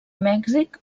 mèxic